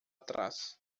trás